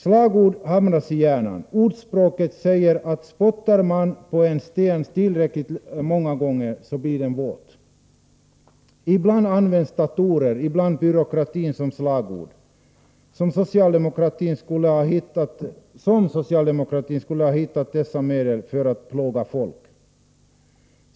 Slagord hamras i hjärnan. Ett ordspråk säger att spottar man på en sten tillräckligt många gånger blir den våt. Ibland används datorer, ibland byråkratin som slagord som om socialdemokratin skulle ha hittat dessa medel för att plåga folk.